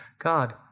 God